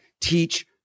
teach